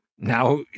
now